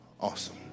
awesome